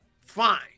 fine